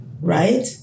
right